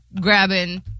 grabbing